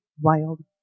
wild